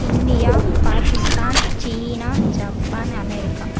India Pakistan சீனா ஜப்பான் America